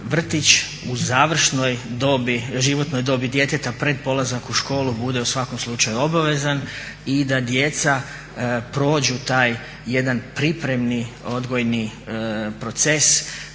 vrtić u završnoj dobi, životnoj dobi djeteta pred polazak u školu bude u svakom slučaju obavezan i da djeca prođu taj jedan pripremni odgojni proces,